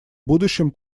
будущем